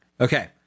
Okay